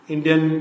Indian